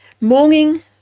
morning